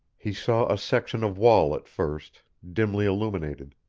he saw a section of wall at first, dimly illuminated